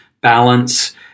balance